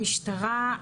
המשטרה,